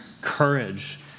courage